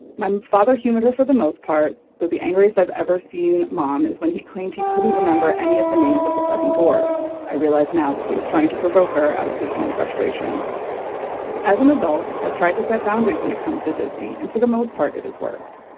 my father humans are for the most part, but the angriest i've ever seen. mom is when he claimed he couldn't remember any of the names of the seven dwarves. i realize now that he was trying to provoker out of his own frustration as an adult. i've tried to set boundaries when it comes to disney and for the most part it has worked.